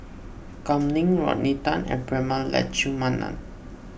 Kam Ning Rodney Tan and Prema Letchumanan